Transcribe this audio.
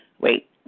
Wait